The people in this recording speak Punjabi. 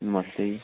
ਨਮਸਤੇ ਜੀ